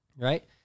Right